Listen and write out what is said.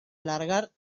alargar